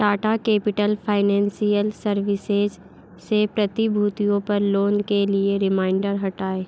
Tata Capital Financial Services से प्रतिभूतियों पर लोन के लिए रिमाइंडर हटाएँ